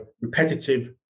repetitive